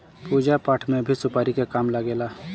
पूजा पाठ में भी सुपारी के काम लागेला